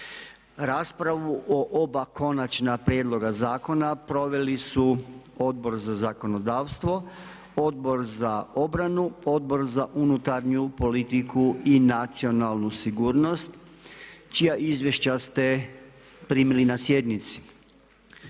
Raspravu o oba konačna prijedloga zakona proveli su Odbor za zakonodavstvo, Odbor za obranu, Odbor za unutarnju politiku i nacionalnu sigurnost čija izvješća ste primili na sjednici.